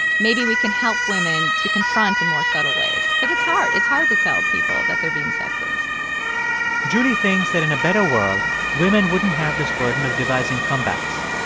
maybe we can help women to confront in more subtle ways. because it's hard. it's hard to tell people that they're being sexist julie thinks that in a better world, women wouldn't have this burden of devising comebacks.